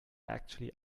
actually